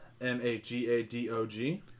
m-a-g-a-d-o-g